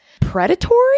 predatory